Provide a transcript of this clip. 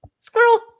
Squirrel